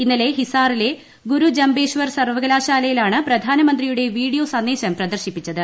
ഇന്നലെ ഹിസാറിലെ ഗുരുജംബേശ്വർ സർവകലാശാലയിലാണ് പ്രധാനമന്ത്രിയുടെ വീഡിയോ സന്ദേശം പ്രദർശിപ്പിച്ചത്